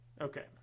Okay